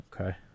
Okay